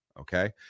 okay